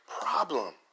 problem